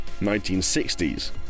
1960s